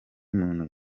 muntu